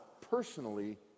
personally